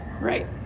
Right